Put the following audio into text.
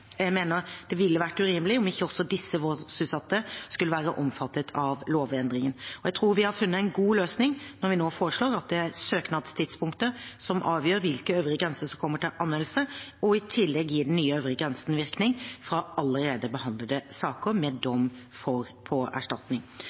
Jeg mener det ville vært urimelig om ikke også disse voldsutsatte skulle være omfattet av lovendringen. Jeg tror vi har funnet en god løsning når vi nå forslår at det er søknadstidspunktet som avgjør hvilken øvre grense som kommer til anvendelse, og i tillegg gir den nye øvre grensen virkning for allerede behandlede saker med dom for erstatning.